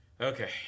Okay